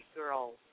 girls